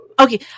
Okay